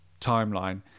timeline